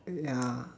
ya